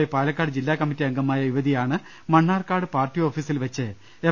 I Palakkad ജില്ലാകമ്മറ്റി അംഗമാ യ യുവതി യാണ് മണ്ണാർക്കാട് പാർട്ടി ഓഫീസിൽ വെച്ച് എം